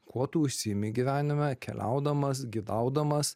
kuo tu užsiimi gyvenime keliaudamas gidaudamas